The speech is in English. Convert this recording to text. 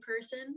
person